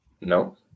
No